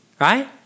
right